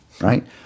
right